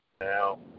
Now